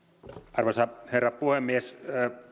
arvoisa herra puhemies